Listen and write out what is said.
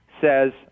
says